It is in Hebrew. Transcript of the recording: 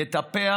לטפח